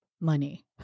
money